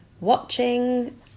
watching